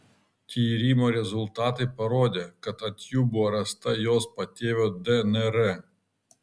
tyrimo rezultatai parodė kad ant jų buvo rasta jos patėvio dnr